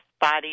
body